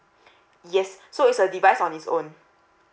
yes so it's a device on its own